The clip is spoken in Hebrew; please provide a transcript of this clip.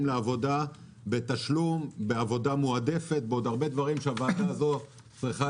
לעבודה בתשלום ובעבודה מועדפת ובעוד דברים שהוועדה הזאת צריכה